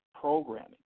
programming